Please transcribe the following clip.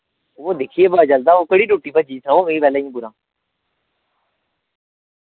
ओह् दिक्खियै पता चलदा ओह् केह्ड़ी टूटी भज्जी सनाओ मिगी पैह्ले इ'यां पूरा